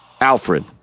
Alfred